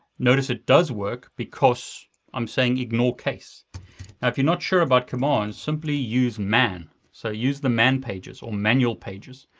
notice it does work, because i'm saying ignore case. now if you're not sure about commands, simply use man. so use the man pages, or manual pages.